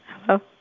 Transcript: Hello